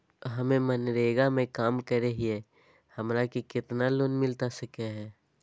हमे मनरेगा में काम करे हियई, हमरा के कितना लोन मिलता सके हई?